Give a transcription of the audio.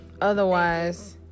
Otherwise